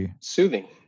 soothing